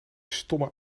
stomme